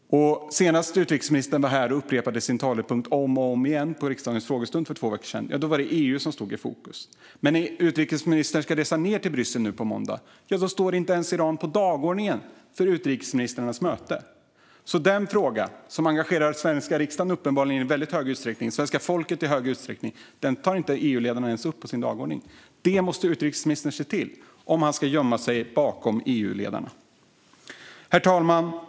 När utrikesministern var här och upprepade sin talepunkt om och om igen på riksdagens frågestund för två veckor sedan var det EU som stod i fokus. Men utrikesministern ska resa till Bryssel nu på måndag, och då står Iran inte ens på dagordningen för utrikesministrarnas möte. Denna fråga, som uppenbarligen engagerar Sveriges riksdag och svenska folket i väldigt hög utsträckning, tar EU-ledarna inte ens upp på sin dagordning. Det måste utrikesministern se till, om han ska gömma sig bakom EU-ledarna. Herr talman!